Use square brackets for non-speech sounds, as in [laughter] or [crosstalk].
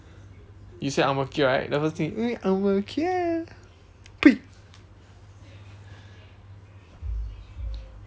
you say ang-mo-kio right the first thing eh ang-mo-kio [noise]